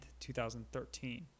2013